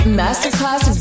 masterclass